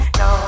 no